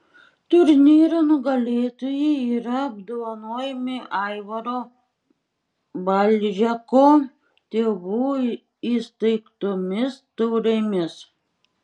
turnyro nugalėtojai yra apdovanojami aivaro balžeko tėvų įsteigtomis taurėmis